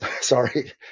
Sorry